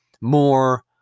more